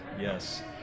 Yes